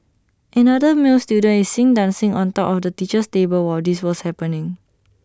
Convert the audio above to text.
another male student is seen dancing on top of the teacher's table while this was happening